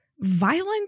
Violent